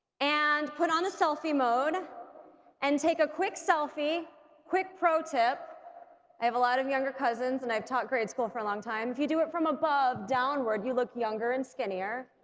and put on the selfie mode and take a quick selfie quick pro tip i have a lot of younger cousins and i've taught grade school for a long time. if you do it from above, downward, you look younger and skinnier